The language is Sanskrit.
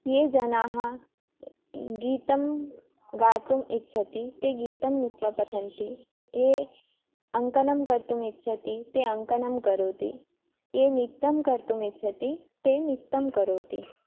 ये जनाः गीतं गातुम् इच्छन्ति ते गीतं नीत्वा पठन्ति ये अङ्कनं कर्तुम् इच्छति ते अङ्कनं करोति ये नृत्यं कर्तुम् इच्छति ते नृत्यं करोति